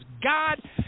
god